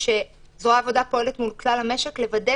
זרוע העבודה פועלת מול כלל המשק כדי לוודא